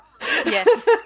yes